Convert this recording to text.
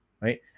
right